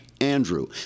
Andrew